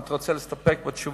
אם אתה רוצה להסתפק בתשובה,